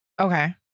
Okay